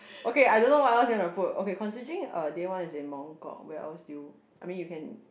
okay I don't know what else you wanna put okay considering day one is in Mong kok where else do you I mean you can